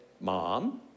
mom